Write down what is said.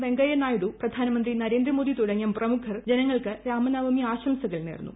വെങ്കയ്യനായിഡു പ്രധാനമന്ത്രി നരേന്ദ്രമോദി തുടങ്ങിയ പ്രമുഖർ ജനങ്ങൾക്ക് രാമനവമി ആശംസകൾ നേർന്നു